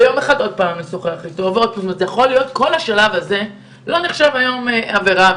ויום אחר עוד פעם לשוחח אתו כל השלב הזה לא נחשב היום לעבירה.